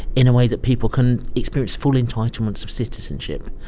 in a way that people can experience full entitlements of citizenship.